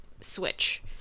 switch